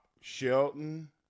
Shelton